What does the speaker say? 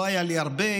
לא היה לי הרבה: